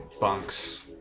bunks